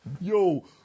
Yo